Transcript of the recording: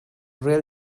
rel